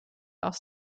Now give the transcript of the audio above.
aus